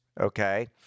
okay